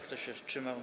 Kto się wstrzymał?